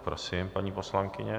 Prosím, paní poslankyně.